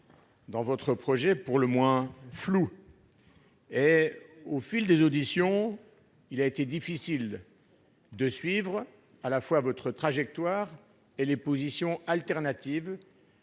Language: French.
aujourd'hui pour le moins floue, et au fil des auditions, il a été difficile de suivre à la fois votre trajectoire et les positions alternatives